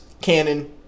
canon